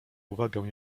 uwagę